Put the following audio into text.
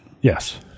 Yes